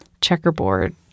checkerboard